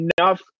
enough